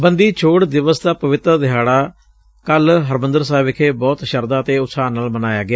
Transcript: ਬੰਦੀ ਛੋੜ ਦਿਵਸ ਦਾ ਪਵਿੱਤਰ ਦਿਹਾੜਾ ਹੁਣ ਹਰਿਮੰਦਰ ਸਾਹਿਬ ਵਿਖੇ ਬਹੁਤ ਸ਼ਰਧਾ ਅਤੇ ਉਤਸਾਹ ਨਾਲ ਮਨਾਇਆ ਗਿਆ